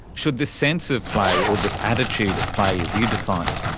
should this sense of play or this attitude of play as you define it,